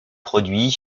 produit